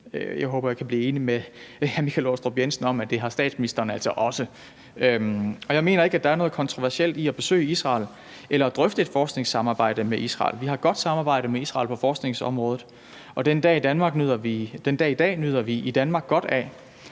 jeg håber, at jeg kan blive enig med hr. Michael Aastrup Jensen om, at det har statsministeren altså også. Jeg mener ikke, at der er noget kontroversielt i at besøge Israel eller at drøfte et forskningssamarbejde med Israel. Vi har et godt samarbejde med Israel på forskningsområdet, og den dag i dag nyder vi i Danmark godt af,